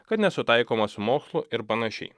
kad nesutaikoma su mokslu ir panašiai